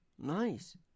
Nice